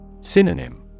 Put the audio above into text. Synonym